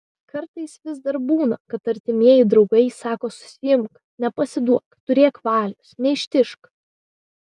kartais vis dar būna kad artimieji draugai sako susiimk nepasiduok turėk valios neištižk